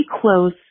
close